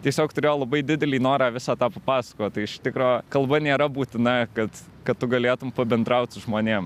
tiesiog turėjo labai didelį norą visą tą pasakot tai iš tikro kalba nėra būtina kad kad tu galėtum pabendraut su žmonėm